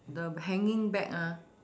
the hanging bag ah